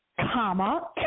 Comma